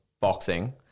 boxing